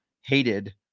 hated